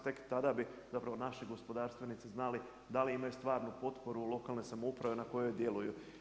Tek tada bi naši gospodarstvenici znali da li imaju stvarnu potporu lokalne samouprave na kojoj djeluju.